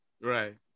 Right